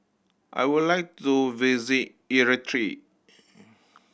I would like to visit Eritrea